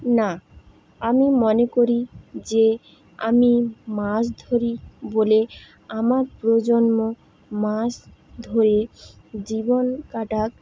না আমি মনে করি যে আমি মাছ ধরি বলে আমার প্রজন্ম মাছ ধরে জীবন কাটাক